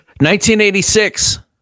1986